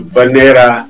Banera